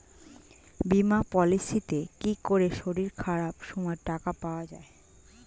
বীমা পলিসিতে কি করে শরীর খারাপ সময় টাকা পাওয়া যায়?